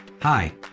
Hi